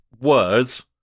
words